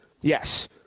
Yes